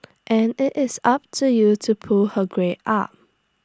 and IT is up to you to pull her grades up